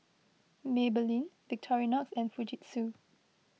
Maybelline Victorinox and Fujitsu